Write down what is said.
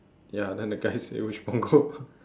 ya then the guy say which punggol